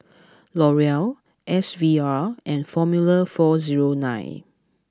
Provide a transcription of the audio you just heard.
L'Oreal S V R and Formula Four Zero Nine